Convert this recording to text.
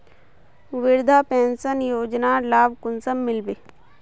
वृद्धा पेंशन योजनार लाभ कुंसम मिलबे?